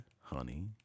honey